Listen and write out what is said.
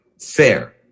Fair